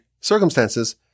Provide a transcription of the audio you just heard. circumstances